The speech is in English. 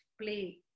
play